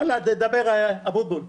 תדבר, אבוטבול.